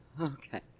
Okay